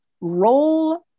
roll